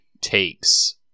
takes